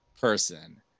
person